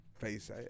Face